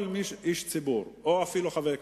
כל איש ציבור או אפילו חבר כנסת,